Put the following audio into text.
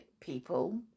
people